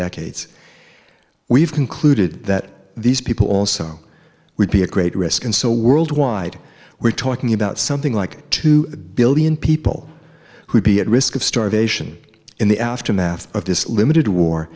decades we've concluded that these people also would be a great risk and so worldwide we're talking about something like two billion people who'd be at risk of starvation in the aftermath of this limited war